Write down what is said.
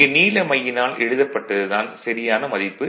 இங்கு நீல மையினால் எழுதப்பட்டது தான் சரியான மதிப்பு